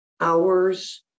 hours